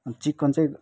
chicken चाहिँ